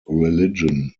religion